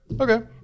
Okay